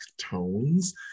tones